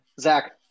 Zach